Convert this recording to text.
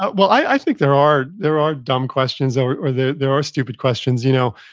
but well, i think there are there are dumb questions or or there there are stupid questions. you know